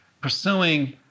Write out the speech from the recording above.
pursuing